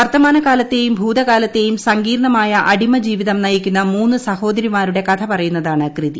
വർത്തമാന കാലത്തെയും ഭൂതകാലത്തെയും സങ്കീർണമായ അടിമ ജീവിതം നയിക്കുന്ന മൂന്ന് സഹോദരിമാരുടെ കഥ പറയുന്നതാണ് കൃതി